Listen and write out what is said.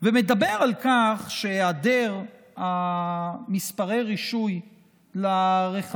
ומדבר על כך שהיעדר מספרי הרישוי לרכבים